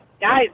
Guys